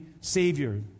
Savior